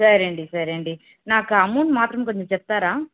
సరే అండి సరే అండి నాకు అమౌంట్ మాత్రం కొంచెం చెప్తారా